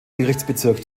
gerichtsbezirk